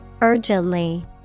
Urgently